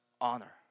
honor